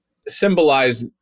symbolize